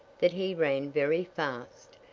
that he ran very fast.